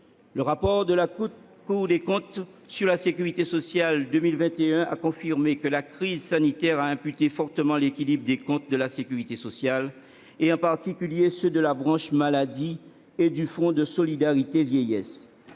Le rapport de la Cour des comptes sur la sécurité sociale pour 2021 a confirmé que la crise sanitaire a imputé fortement l'équilibre des comptes de la sécurité sociale, en particulier ceux de la branche maladie et du Fonds de solidarité vieillesse